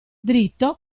dritto